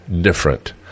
different